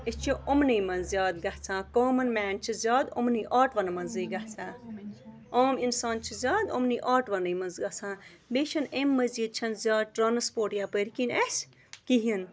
أسۍ چھِ یِمنٕے منٛز زیادٕ گژھان کامَن مین چھِ زیادٕ یِمنٕے آٹوَن منٛزٕے گژھان عام اِنسان چھِ زیادٕ یِمنٕے آٹوَنٕے منٛز گژھان بیٚیہِ چھِنہٕ اَمہِ مٔزیٖد چھَنہٕ زیادٕ ٹرٛانَسپوٹ یَپٲرۍ کِنۍ اَسہِ کِہیٖنۍ